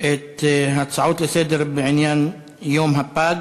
את ההצעות לסדר-היום בעניין יום הפג